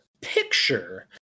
picture